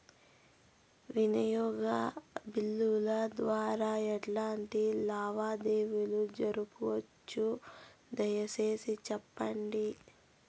వినియోగ బిల్లుల ద్వారా ఎట్లాంటి లావాదేవీలు జరపొచ్చు, దయసేసి సెప్పండి?